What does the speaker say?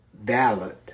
valid